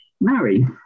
Mary